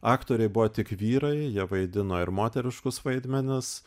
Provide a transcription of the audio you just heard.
aktoriai buvo tik vyrai jie vaidino ir moteriškus vaidmenis